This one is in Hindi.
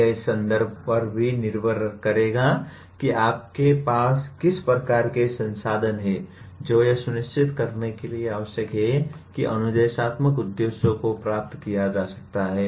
यह इस संदर्भ पर भी निर्भर करेगा कि आपके पास किस प्रकार के संसाधन हैं जो यह सुनिश्चित करने के लिए आवश्यक हैं कि अनुदेशात्मक उद्देश्यों को प्राप्त किया जा सकता है